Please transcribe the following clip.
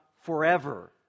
forever